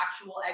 actual